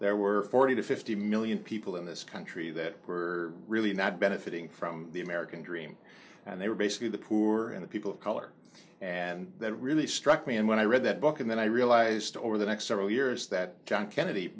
there were forty to fifty million people in this country that were really not benefiting from the american dream and they were basically the poor and the people of color and that really struck me and when i read that book and then i realized over the next several years that john kennedy